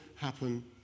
happen